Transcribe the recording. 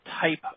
type